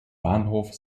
bahnhof